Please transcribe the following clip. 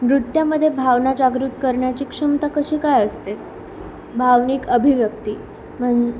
नृत्यामध्ये भावना जागृत करण्याची क्षमता कशी काय असते भावनिक अभिव्यक्ती म्हण